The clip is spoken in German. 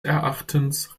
erachtens